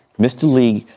mr. lee,